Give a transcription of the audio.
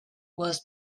was